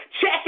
Check